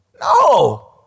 no